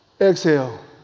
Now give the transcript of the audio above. Exhale